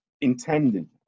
intended